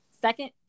Second